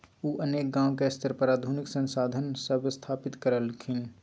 उ अनेक गांव के स्तर पर आधुनिक संसाधन सब स्थापित करलखिन